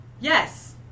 Yes